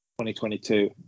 2022